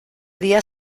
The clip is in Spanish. día